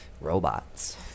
Robots